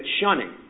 shunning